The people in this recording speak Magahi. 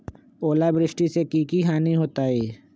ओलावृष्टि से की की हानि होतै?